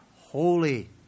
holy